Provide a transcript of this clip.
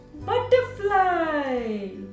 Butterfly